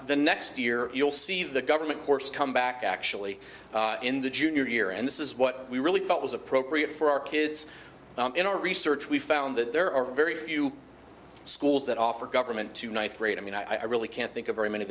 the next year you'll see the government course come back actually in the junior year and this is what we really thought was appropriate for our kids in our research we found that there are very few schools that offer government tonight great i mean i really can't think of very many